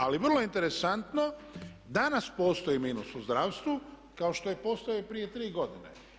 Ali je vrlo interesantno, danas postoji minus u zdravstvu kao što je postojao i prije tri godine.